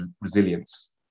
resilience